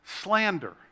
slander